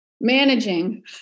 managing